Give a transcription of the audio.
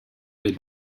the